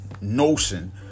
notion